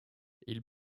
ils